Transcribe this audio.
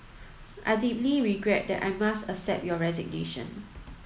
I deeply regret that I must accept your resignation